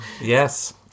Yes